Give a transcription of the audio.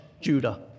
Judah